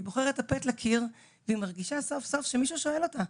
היא בוחרת טפט לקיר והיא מרגישה סוף סוף שמישהו שואל אותה.